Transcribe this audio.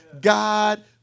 God